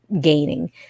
gaining